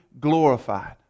glorified